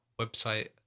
website